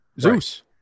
Zeus